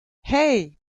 hey